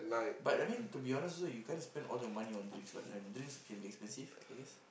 but I mean to be honest also you kinda spend all your money on drinks [what] and drinks can be expensive I guess